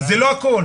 זה לא הכל.